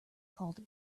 called